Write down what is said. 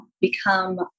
become